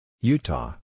Utah